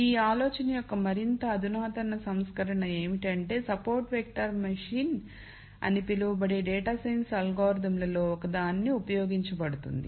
ఈ ఆలోచన యొక్క మరింత అధునాతన సంస్కరణ ఏమిటంటే సపోర్ట్ వెక్టర్ మెషిన్ అని పిలువబడే డేటా సైన్స్ అల్గోరిథంలలో ఒకదానిలో ఉపయోగించబడుతుంది